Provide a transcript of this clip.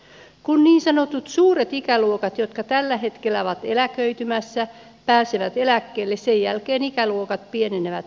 kun niin sanotut suuret ikäluokat jotka tällä hetkellä ovat eläköitymässä pääsevät eläkkeelle sen jälkeen ikäluokat pienenevät nopeasti